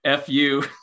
FU